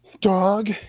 Dog